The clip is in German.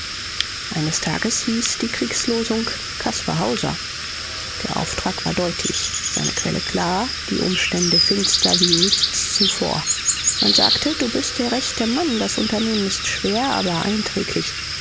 eines tages hieß die kriegslosung caspar hauser der auftrag war deutlich seine quelle klar die umstände finster wie nichts zuvor man sagte du bist der rechte mann das unternehmen ist schwer aber einträglich